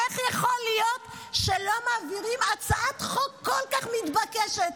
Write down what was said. איך יכול להיות שלא מעבירים הצעת חוק כל כך מתבקשת?